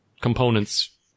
components